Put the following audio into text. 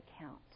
account